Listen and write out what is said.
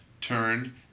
turned